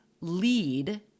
lead